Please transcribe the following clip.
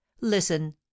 listen